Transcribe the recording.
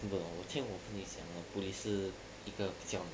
不过我听我朋友讲 police 是一个比较